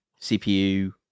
CPU